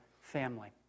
family